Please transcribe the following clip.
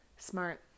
smart